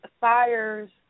fires